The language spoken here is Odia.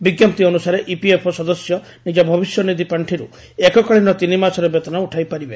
ବିଙ୍କପ୍ତି ଅନୁସାରେ ଇପିଏଫ୍ଓ ସଦସ୍ୟ ନିକ ଭବିଷ୍ୟନିଧି ପାଣ୍ଡିରୁ ଏକକାଳୀନ ତିନିମାସର ବେତନ ଉଠାଇପାରିବେ